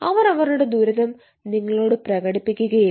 അവർ അവരുടെ ദുരിതം നിങ്ങളോട് പ്രകടിപ്പിക്കുകയില്ല